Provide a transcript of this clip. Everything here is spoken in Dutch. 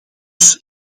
dus